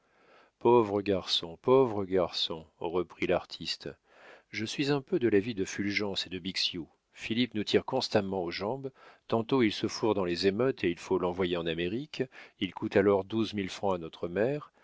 pauvre garçon pauvre garçon reprit l'artiste je suis un peu de l'avis de fulgence et de bixiou philippe nous tire constamment aux jambes tantôt il se fourre dans les émeutes et il faut l'envoyer en amérique il coûte alors douze mille francs à notre mère